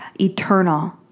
eternal